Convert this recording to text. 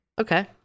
Okay